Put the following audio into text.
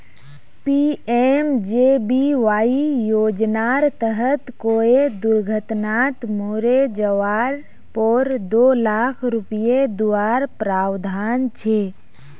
PMJBY योज्नार तहत कोए दुर्घत्नात मोरे जवार पोर दो लाख रुपये दुआर प्रावधान छे